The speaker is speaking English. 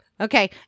Okay